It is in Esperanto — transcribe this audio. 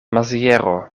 maziero